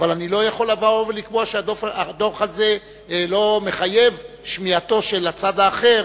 אבל אני לא יכול לבוא ולקבוע שהדוח הזה לא מחייב שמיעתו של הצד האחר.